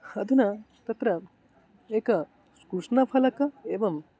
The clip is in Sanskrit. अधुना तत्र एकं कृष्णफलकम् एवं